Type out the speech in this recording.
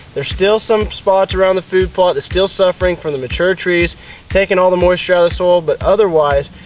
there's still some spots around the food plot that's still suffering from the mature trees taking all the moisture out of the soil but otherwise,